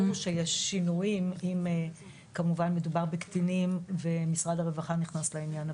ברור שישנם שינויים אם כמובן מדובר בקטינים ומשרד הרווחה נכנס לעניין.